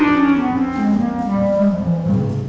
no